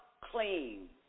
clean